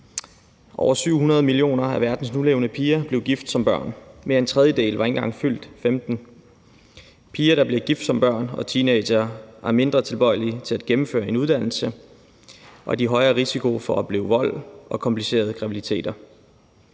Over 700 millioner af verdens nulevende piger blev gift som børn, mere end en tredjedel var ikke engang fyldt 15 år. Piger, der bliver gift som børn og teenagere, er mindre tilbøjelige til at gennemføre en uddannelse, og de er i højere risiko for at opleve vold og komplicerede graviditeter.